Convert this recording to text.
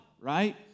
right